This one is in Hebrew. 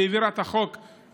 שהעבירה את החוק,